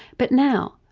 but now,